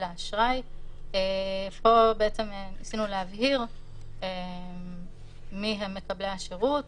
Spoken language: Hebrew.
האשראי,"; פה בעצם ניסינו להבהיר מי הם מקבלי השירות.